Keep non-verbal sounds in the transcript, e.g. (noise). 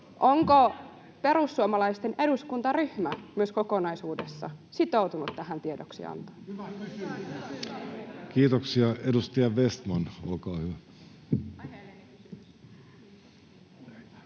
Onko perussuomalaisten eduskuntaryhmä (noise) myös kokonaisuudessaan sitoutunut tähän tiedoksiantoon? Kiitoksia. — Edustaja Vestman, olkaa hyvä.